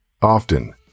often